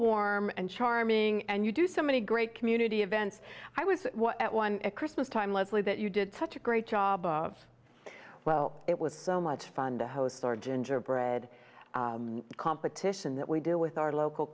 warm and charming and you do so many great community events i was at one christmas time leslie that you did such a great job of well it was so much fun to host our gingerbread competition that we do with our local